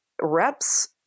Reps